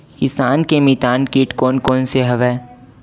किसान के मितान कीट कोन कोन से हवय?